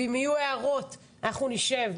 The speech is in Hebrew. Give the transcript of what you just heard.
אם יהיו הערות, אנחנו נשב.